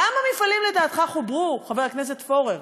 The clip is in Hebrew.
כמה מפעלים לדעתך חוברו, חבר הכנסת פורר?